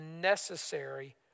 necessary